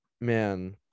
man